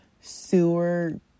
sewer